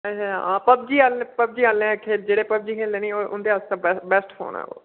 अच्छा हां पबजी आह्ले पबजी आह्ले खेल जेह्ड़े पबजी खेलदे न उं'दे आस्तै बेस्टफोन ऐ ओह्